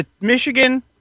Michigan